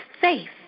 faith